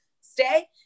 stay